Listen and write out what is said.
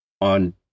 on